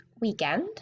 weekend